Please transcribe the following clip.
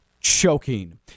choking